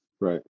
Right